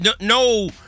no